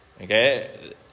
okay